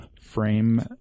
frame